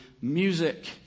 music